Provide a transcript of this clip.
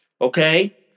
okay